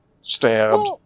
stabbed